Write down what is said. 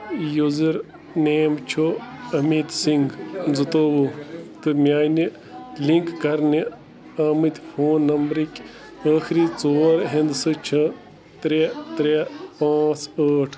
user name چھُ أمِت سِنٛگھ زٕتووُہ تہٕ میٛانہِ لِنٛک کرنہِ آمِتۍ فون نمبرٕکۍ ٲخری ژور ہِنٛدسہٕ چھِ ترٛےٚ ترٛےٚ پانٛژہ ٲٹھ